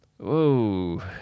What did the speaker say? Whoa